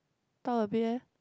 talk a bit eh